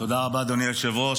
תודה רבה, אדוני היושב-ראש.